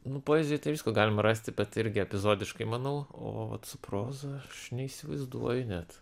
nu poezijoj tai visko galim rasti bet irgi epizodiškai manau o su proza aš neįsivaizduoju net